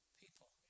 people